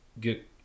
get